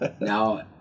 Now